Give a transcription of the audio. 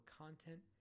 content